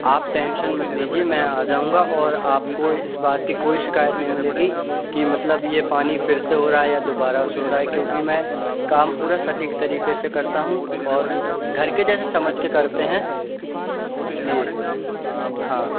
आप टेंशन मत लीजिए मैं आ जाऊँगा और आपको इस बात की कोई शिकायत नहीं मिलेगी कि मतलब ये पानी फिर से हो रहा है या दोबारा से हो रहा है क्योंकि मैं काम पूरा सटीक तरीके से और घर के जैसे समझ के करते हैं इसलिए हाँ